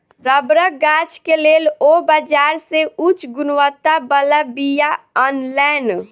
रबड़क गाछ के लेल ओ बाजार से उच्च गुणवत्ता बला बीया अनलैन